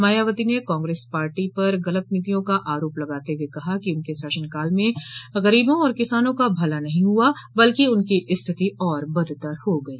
मायावती ने कांग्रेस पार्टी पर गलत नीतियों का आरोप लगाते हुए कहा कि उनके शासनकाल में गरीबों और किसानों का भला नहीं हुआ बल्कि उनकी स्थिति और बदत्तर हो गई